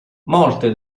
molte